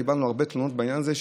קיבלנו הרבה תלונות בעניין הזה,